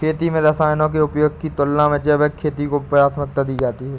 खेती में रसायनों के उपयोग की तुलना में जैविक खेती को प्राथमिकता दी जाती है